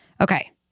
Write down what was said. Okay